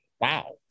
Wow